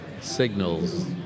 signals